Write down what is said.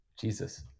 Jesus